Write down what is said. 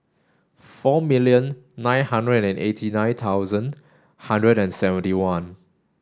four million nine hundred and eighty nine thousand hundred and seventy one